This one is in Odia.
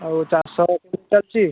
ଆଉ ଚାଷ କେମିତି ଚାଲିଛି